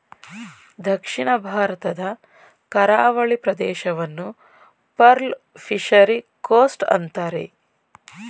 ದಕ್ಷಿಣ ಭಾರತದ ಕರಾವಳಿ ಪ್ರದೇಶವನ್ನು ಪರ್ಲ್ ಫಿಷರಿ ಕೋಸ್ಟ್ ಅಂತರೆ